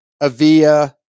Avia